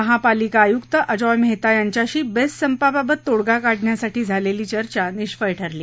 महापालिकाआयुक्त अजोय मेहता यांच्याशी बेस्ट संपाबाबत तोडगा काढण्यासाठी झालेली चर्चा निष्फळ ठरली